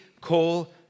call